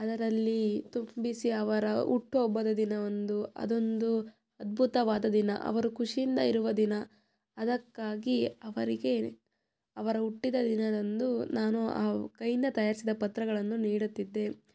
ಅದರಲ್ಲಿ ತುಂಬಿಸಿ ಅವರ ಹುಟ್ಟುಹಬ್ಬದ ದಿನದಂದು ಅದೊಂದು ಅದ್ಭುತವಾದ ದಿನ ಅವರು ಖುಷಿಯಿಂದ ಇರುವ ದಿನ ಅದಕ್ಕಾಗಿ ಅವರಿಗೆ ಅವರು ಹುಟ್ಟಿದ ದಿನದಂದು ನಾನು ಅವು ಕೈಯಿಂದ ತಯಾರಿಸಿದ ಪತ್ರಗಳನ್ನು ನೀಡುತ್ತಿದ್ದೆ